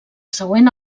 següent